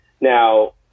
Now